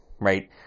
right